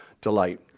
delight